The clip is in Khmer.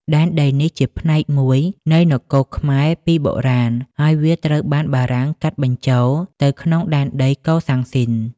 ដែនដីនេះជាផ្នែកមួយនៃនគរខ្មែរពីបុរាណ ហើយវាត្រូវបានបារាំងកាត់បញ្ចូលទៅក្នុងដែនដីកូសាំងស៊ីន។